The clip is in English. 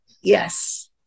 Yes